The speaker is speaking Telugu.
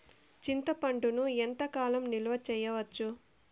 చింతపండును ఎంత కాలం నిలువ చేయవచ్చు?